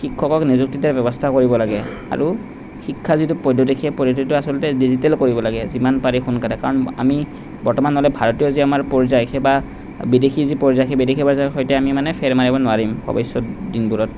শিক্ষকক নিযুক্তি দিয়াৰ ব্যৱস্থা কৰিব লাগে আৰু শিক্ষা যিটো পদ্ধতি সেই পদ্ধতিটোক আচলতে ডিজিটেল কৰিব লাগে যিমান পাৰি সোনকালে কাৰণ আমি বৰ্তমান নহ'লে ভাৰতীয় যি আমাৰ পৰ্য্যায় সেই বা বিদেশী যি পৰ্য্যায় সেই বিদেশী পৰ্য্যায়ৰ সৈতে আমি মানে ফেৰ মাৰিব নোৱাৰিম ভৱিষ্যত দিনবোৰত